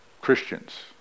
Christians